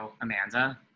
Amanda